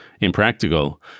impractical